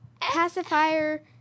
pacifier